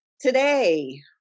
Today